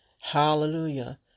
Hallelujah